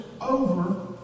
over